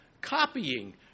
copying